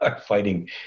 fighting